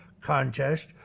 contest